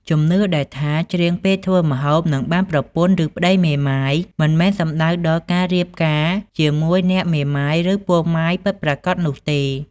ជំនឿដែលថា ច្រៀងពេលធ្វើម្ហូប នឹងបានប្រពន្ធឫប្ដីមេម៉ាយ មិនមែនសំដៅដល់ការរៀបការជាមួយអ្នកមេម៉ាយឫពោះម៉ាយពិតប្រាកដនោះទេ។